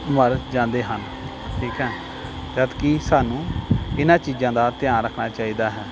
ਮਰ ਜਾਂਦੇ ਹਨ ਠੀਕ ਹੈ ਜਦ ਕਿ ਸਾਨੂੰ ਇਹਨਾਂ ਚੀਜ਼ਾਂ ਦਾ ਧਿਆਨ ਰੱਖਣਾ ਚਾਹੀਦਾ ਹੈ